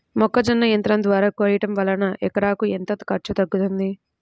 మొక్కజొన్న యంత్రం ద్వారా కోయటం వలన ఎకరాకు ఎంత ఖర్చు తగ్గుతుంది?